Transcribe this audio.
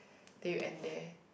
then you end there